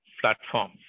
platform